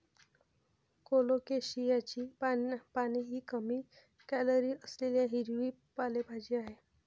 कोलोकेशियाची पाने ही कमी कॅलरी असलेली हिरवी पालेभाजी आहे